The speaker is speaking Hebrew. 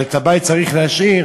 אבל את הבית צריך להשאיר,